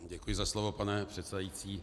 Děkuji za slovo, pane předsedající.